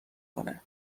کنه